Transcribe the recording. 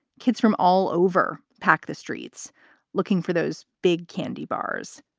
kids from all over pack the streets looking for those big candy bars.